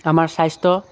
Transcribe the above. আমাৰ স্বাস্থ্য